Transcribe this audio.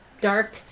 dark